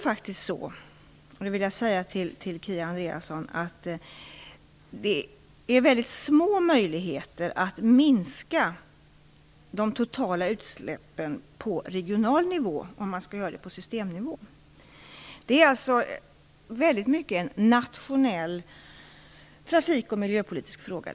Jag vill till Kia Andreasson säga att möjligheterna att på regional nivå minska de totala utsläppen är väldigt små, om man nu skall göra detta på systemnivå. Detta är mycket av en nationell trafik och miljöpolitisk fråga.